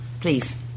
Please